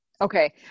Okay